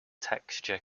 texture